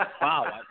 Wow